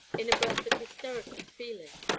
in a burst of hysterical feeling,